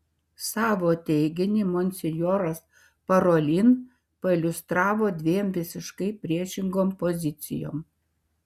savo teiginį monsinjoras parolin pailiustravo dviem visiškai priešingom pozicijom